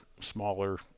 smaller